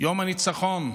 יום הניצחון,